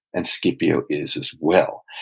and scipio is as well.